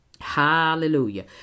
Hallelujah